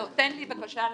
תן לי בבקשה לדבר.